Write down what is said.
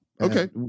okay